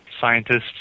scientists